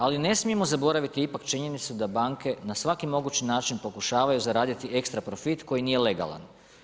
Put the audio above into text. Ali ne smijemo zaboraviti ipak činjenicu da banke na svaki mogući način pokušavaju zaraditi ekstra profit koji nije legalan.